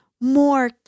more